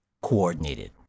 Coordinated